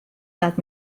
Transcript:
dat